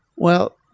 well,